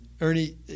Ernie